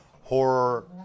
horror